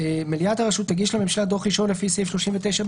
מליאת הרשות תגיש לממשלה דוח ראשון לפי סעיף 39(ב)